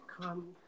come